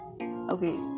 Okay